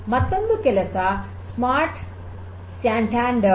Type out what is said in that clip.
ಮತ್ತೊಂದು ಕೆಲಸ smart Santander